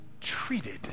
treated